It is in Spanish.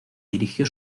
dirigió